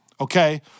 Okay